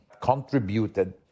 contributed